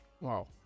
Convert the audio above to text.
wow